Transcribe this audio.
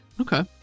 Okay